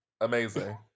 Amazing